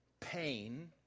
Pain